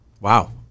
Wow